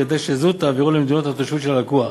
כדי שזו תעבירו למדינת התושבות של הלקוח,